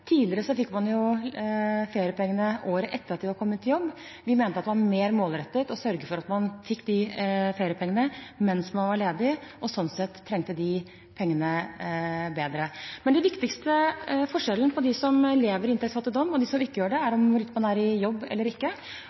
Tidligere fikk man feriepengene året etter at man var kommet i jobb. Vi mente det var mer målrettet å sørge for at man fikk de feriepengene mens man var ledig og sånn sett trengte de pengene mer. Men den viktigste forskjellen på dem som lever i inntektsfattigdom, og dem som ikke gjør det, er hvorvidt man er i jobb eller ikke.